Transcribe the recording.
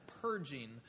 purging